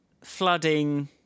flooding